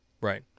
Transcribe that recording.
right